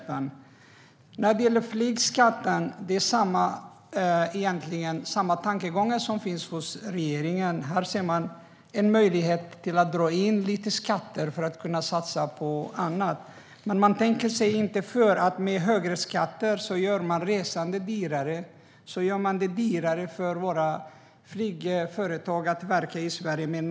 För det andra: När det gäller flygskatten är det egentligen samma tankegångar hos regeringen. Här ser man en möjlighet att dra in lite skatter för att kunna satsa på annat. Men man tänker sig inte för. Med högre skatter gör man resandet dyrare, och med en nationell flygskatt gör man det dyrare för våra flygföretag att verka i Sverige.